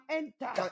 enter